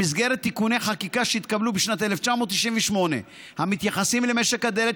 במסגרת תיקוני חקיקה שהתקבלו בשנת 1998 המתייחסים למשק הדלק,